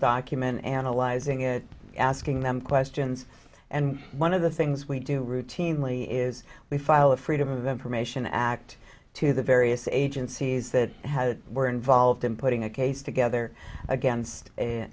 document analyzing it asking them questions and one of the things we do routinely is we filed a freedom of information act to the various agencies that were involved in putting a case together against